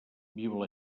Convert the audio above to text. viu